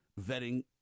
vetting